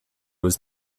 was